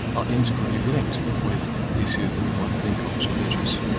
are integrally linked with issues that we might think of as religious.